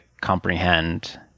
comprehend